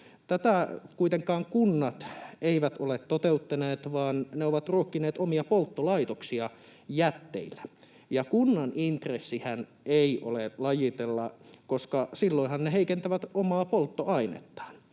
Tätä kuitenkaan kunnat eivät ole toteuttaneet, vaan ne ovat ruokkineet omia polttolaitoksiaan jätteillä. Kunnan intressihän ei ole lajitella, koska silloinhan ne heikentävät omaa polttoainettaan,